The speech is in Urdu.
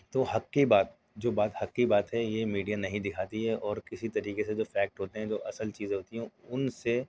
تو حق کی بات جو بات حق کی بات ہے یہ میڈیا نہیں دکھاتی ہے اور کسی طریقے جو فیکٹ ہوتے ہیں جو اصل چیزیں ہوتی ہیں ان سے